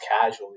casually